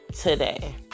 today